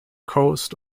coast